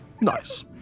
nice